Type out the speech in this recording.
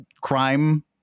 crime